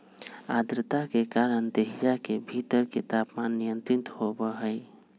आद्रता के कारण देहिया के भीतर के तापमान नियंत्रित होबा हई